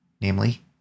namely